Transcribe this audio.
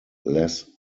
less